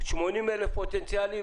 80,000 פוטנציאלים.